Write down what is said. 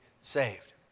saved